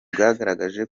bwagaragaje